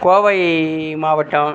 கோவை மாவட்டம்